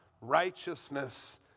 righteousness